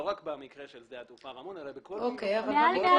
לא רק במקרה של שדה התעופה רמון אלא בכל פעילות